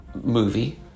movie